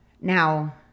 Now